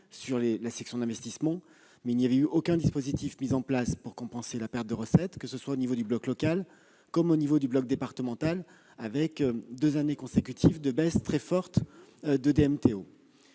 sur la section d'investissement. Mais aucun dispositif n'avait été mis oeuvre pour compenser la perte de recettes, au niveau du bloc local comme au niveau du bloc départemental, avec deux années consécutives de baisse très forte des DMTO.